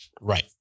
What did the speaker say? Right